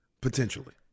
potentially